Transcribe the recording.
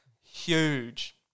huge